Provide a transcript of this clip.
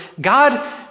God